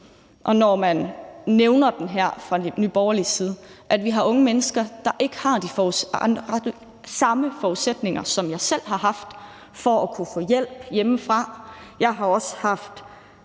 og når man nævner den her fra Nye Borgerliges side, at vi har unge mennesker, der ikke har samme forudsætninger, som jeg selv har haft, for at kunne få hjælp hjemmefra. Jeg har også haft